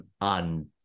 on